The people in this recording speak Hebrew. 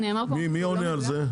מי עונה על זה?